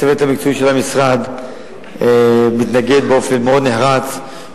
הצוות המקצועי של המשרד מתנגד באופן מאוד נחרץ,